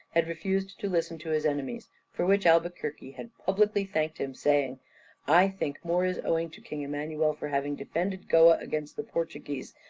had refused to listen to his enemies, for which albuquerque had publicly thanked him, saying i think more is owing to king emmanuel for having defended goa against the portuguese,